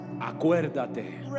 Acuérdate